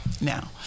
Now